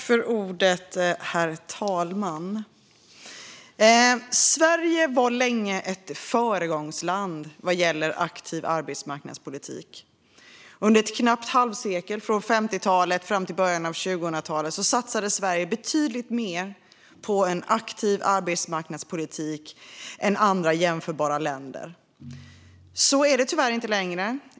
Herr talman! Sverige var länge ett föregångsland vad gäller aktiv arbetsmarknadspolitik. Under ett knappt halvsekel, från 1950-talet fram till början av 2000-talet, satsade Sverige betydligt mer på aktiv arbetsmarknadspolitik än andra jämförbara länder. Så är det tyvärr inte längre.